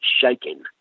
shaking